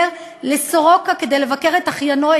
לבית-חולים סורוקה כדי לבקר את אחיינו,